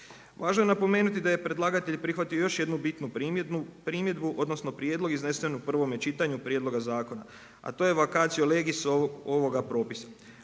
Važno je napomenuti da je predlagatelj prihvatio još jednu bitnu primjedbu odnosno prijedlog iznesen u prvome čitanju prijedloga zakona a to je vacatio legis ovoga propisa